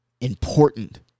important